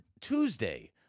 Tuesday